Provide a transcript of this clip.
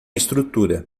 estrutura